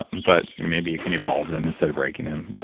but maybe you can evolve them instead of breaking them,